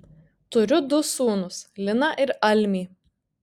turiu du sūnus liną ir almį